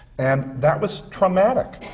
and that was traumatic.